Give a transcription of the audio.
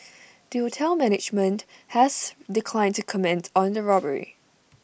the hotel's management has declined to comment on the robbery